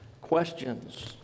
Questions